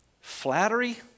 Flattery